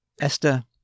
Esther